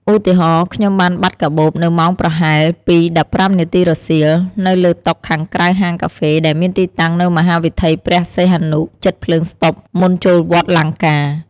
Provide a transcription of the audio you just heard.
ឧទាហរណ៍ "ខ្ញុំបានបាត់កាបូបនៅម៉ោងប្រហែល ២:១៥ នាទីរសៀល នៅលើតុខាងក្រៅហាងកាហ្វេដែលមានទីតាំងនៅមហាវិថីព្រះសីហនុ ជិតភ្លើងស្តុបមុនចូលវត្តលង្កា"។